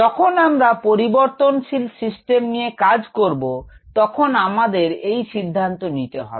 যখন আমরা পরিবর্তনশীল সিস্টেম নিয়ে কাজ করব তখন আমাদের এই সিদ্ধান্ত নিতে হবে